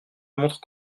montre